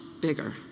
bigger